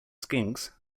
skinks